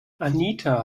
anita